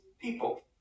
people